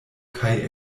kaj